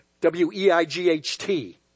W-E-I-G-H-T